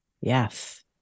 yes